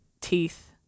teeth